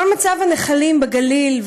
כל מצב הנחלים בגליל,